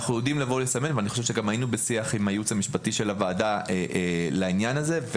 ואני חושב שהיינו בשיח עם הייעוץ המשפטי של הוועדה לעניין הזה,